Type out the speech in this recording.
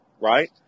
right